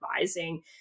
advising